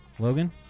Logan